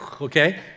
Okay